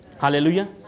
hallelujah